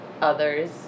others